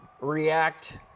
react